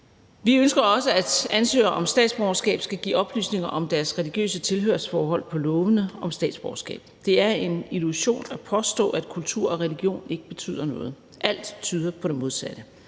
Vi ønsker også, at ansøgere om statsborgerskab skal give oplysninger om deres religiøse tilhørsforhold i lovforslagene om statsborgerskab. Det er en illusion at påstå, at kultur og religion ikke betyder noget. Alt tyder på det modsatte